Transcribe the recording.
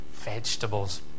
vegetables